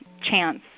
chance